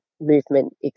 movement